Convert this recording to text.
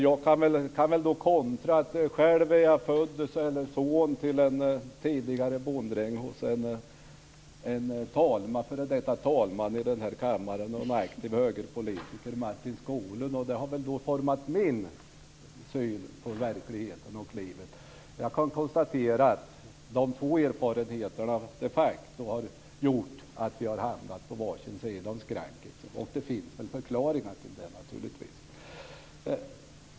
Jag är själv son till en tidigare bonddräng hos en f.d. talman i andra kammaren, den aktive högerpolitikern Martin Skoglund. Det har format min syn på verkligheten och livet. Jag kan konstatera att dessa två utgångslägen har gjort att vi har hamnat på var sin sida om skranket. Det finns naturligtvis en förklaring till detta.